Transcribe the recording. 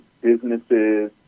businesses